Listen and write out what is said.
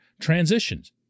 transitions